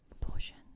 portion